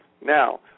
Now